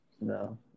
No